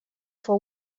for